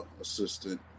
assistant